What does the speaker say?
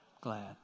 glad